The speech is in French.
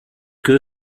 que